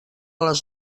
les